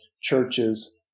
churches